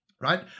right